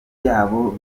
yabo